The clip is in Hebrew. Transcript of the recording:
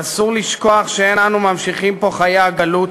אסור לשכוח שאין אנו ממשיכים פה חיי הגלות,